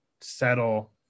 settle